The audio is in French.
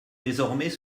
désormais